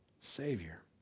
Savior